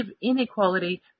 inequality